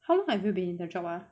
how long have you been in job ah